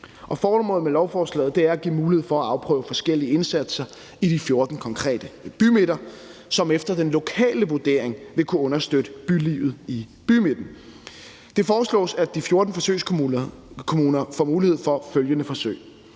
formålet med lovforslaget er at give mulighed for at afprøve forskellige indsatser i de 14 konkrete bymidter, som efter den lokale vurdering vil kunne understøtte bylivet i bymidten. Det foreslås, at de 14 forsøgskommuner får mulighed for følgende forsøg: